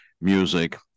music